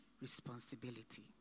responsibility